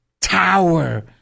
tower